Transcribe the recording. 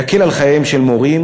יקל את חייהם של מורים,